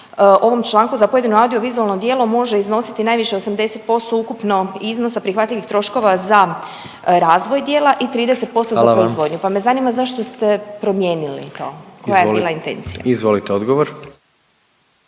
ovom članku za pojedino audio-vizualno djelo može iznositi najviše 80% ukupnog iznosa prihvatljivih troškova za razvoj djela i 30% za proizvodnju … …/Upadica predsjednik: Hvala vam./… … pa me zanima zašto ste promijenili to? Koja je bila intencija? **Jandroković,